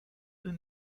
eux